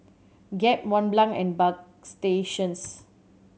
Gap Mont Blanc and Bagstationz